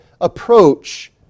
approach